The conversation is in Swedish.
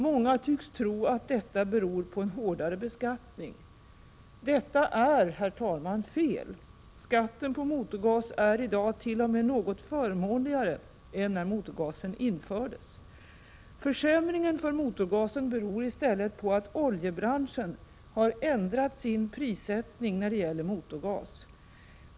Många tycks tro att det beror på en hårdare beskattning. Detta är fel. Skatten på motorgas är i dag t.o.m. något förmånligare än den var när motorgasen infördes. Försämringen för motorgasen beror i stället på att oljebranschen har ändrat sin prissättning när det gäller motorgas.